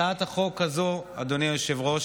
הצעת החוק הזו, אדוני היושב-ראש,